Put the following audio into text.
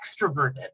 extroverted